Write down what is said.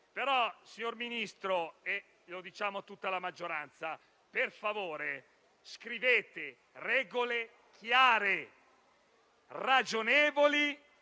Signor Ministro - lo diciamo a tutta la maggioranza - per favore, scrivete regole chiare, ragionevoli